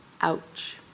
ouch